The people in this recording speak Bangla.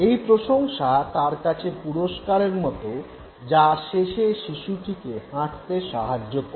এই প্রশংসা তার কাছে পুরস্কারের মত যা শেষে শিশুটিকে হাঁটতে সাহায্য করে